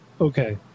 Okay